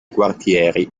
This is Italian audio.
quartieri